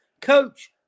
coach